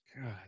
God